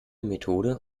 methode